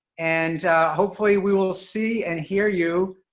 and hopefully, we will see and hear you,